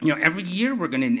you know every year we're gonna,